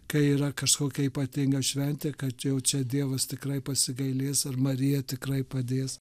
kai yra kažkokia ypatinga šventė kad jau čia dievas tikrai pasigailės ar marija tikrai padės